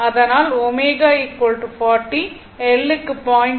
அதனால் ω 40 L க்கு 0